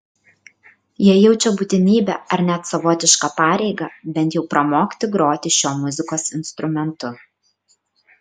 jie jaučia būtinybę ar net savotišką pareigą bent jau pramokti groti šiuo muzikos instrumentu